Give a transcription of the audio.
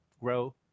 grow